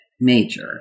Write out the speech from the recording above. major